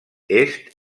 est